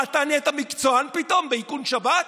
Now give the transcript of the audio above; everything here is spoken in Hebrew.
מה, אתה נהיית מקצוען פתאום באיכון שב"כ?